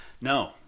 no